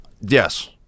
Yes